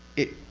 it.